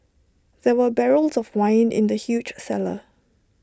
there were barrels of wine in the huge cellar